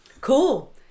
cool